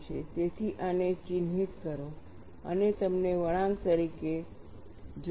તેથી આને ચિહ્નિત કરો અને તેમને વળાંક તરીકે જોડો